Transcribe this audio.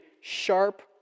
sharp